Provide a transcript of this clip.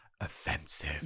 offensive